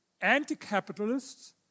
Anti-capitalists